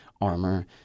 armor